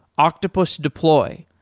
octopus deploy,